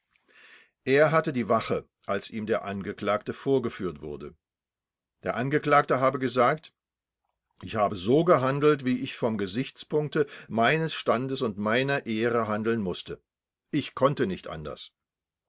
er hatte die wache als ihm der angeklagte vorgeführt wurde der angeklagte habe gesagt ich habe so gehandelt wie ich vom gesichtspunkte meines standes und meiner ehre handeln mußte ich konnte nicht anders